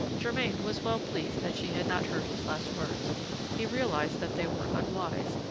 germain was well pleased that she had not heard his last words he realized that they were unwise,